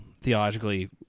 theologically